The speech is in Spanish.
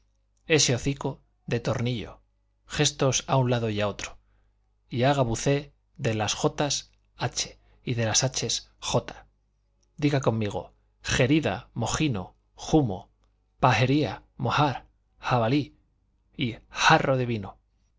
ese hocico de tornillo gestos a un lado y a otro y haga vucé de las j h y de las h j diga conmigo jerida mojino jumo pahería mohar habalí y harro